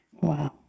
Wow